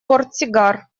портсигар